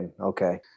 Okay